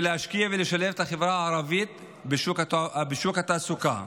להשקיע ולשלב את החברה הערבית בשוק התעסוקה.